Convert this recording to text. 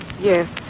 Yes